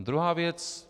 Druhá věc.